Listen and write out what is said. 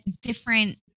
different